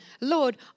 Lord